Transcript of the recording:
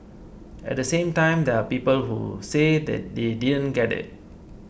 at the same time there are people who say that they didn't get it